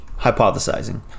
hypothesizing